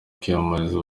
kwiyamamariza